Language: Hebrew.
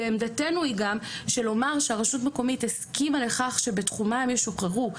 ועמדנו היא גם שלומר שהרשות המקומית הסכימה לכך שבתחומה הם ישוחררו,